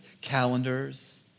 calendars